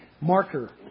marker